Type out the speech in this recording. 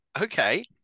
Okay